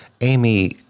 Amy